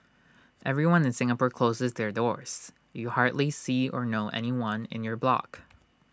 everyone in Singapore closes their doors you hardly see or know anyone in your block